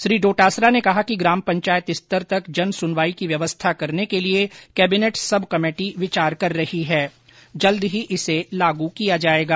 श्री डोटासरा ने कहा कि ग्राम पंचायत स्तर तक जन सुनवाई की व्यवस्था करने के लिए कैबिनेट सब कमेटी विचार कर रही है जल्द ही इसे लागू किया जाएगा